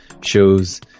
shows